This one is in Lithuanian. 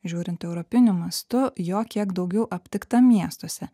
žiūrint europiniu mastu jo kiek daugiau aptikta miestuose